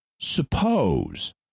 Suppose